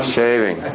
Shaving